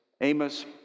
Amos